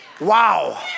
Wow